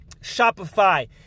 Shopify